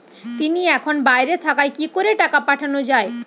তিনি এখন বাইরে থাকায় কি করে টাকা পাঠানো য়ায়?